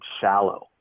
shallow